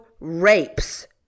rapes